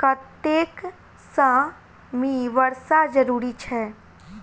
कतेक सँ मी वर्षा जरूरी छै?